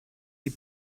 die